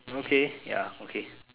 okay ya okay